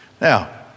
Now